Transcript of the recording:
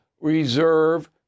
reserve